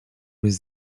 les